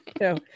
No